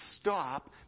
Stop